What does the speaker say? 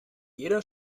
jeder